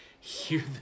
Hear